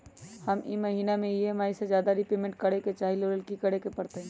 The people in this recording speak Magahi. हम ई महिना में ई.एम.आई से ज्यादा रीपेमेंट करे के चाहईले ओ लेल की करे के परतई?